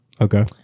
Okay